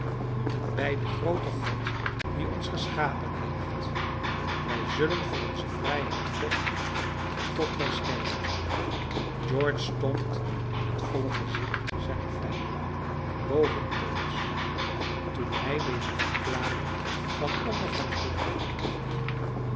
en bij den grooten god die ons geschapen heeft wij zullen voor onze vrijheid vechten tot wij sterven george stond in het volle gezicht zijner vijanden boven op de rots toen hij deze verklaring van onafhankelijkheid aflegde